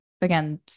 again